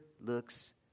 looks